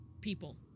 people